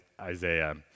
Isaiah